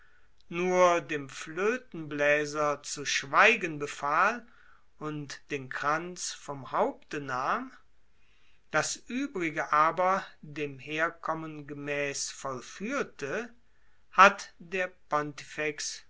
nur dem flötenbläser zu schweigen befahl und den kranz vom haupte nahm das uebrige dem herkommen gemäß vollführte hat der